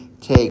take